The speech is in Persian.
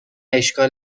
اشکال